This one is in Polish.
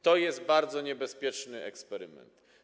To jest bardzo niebezpieczny eksperyment.